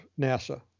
NASA